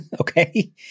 okay